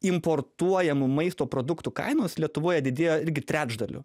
importuojamų maisto produktų kainos lietuvoje didėja irgi trečdaliu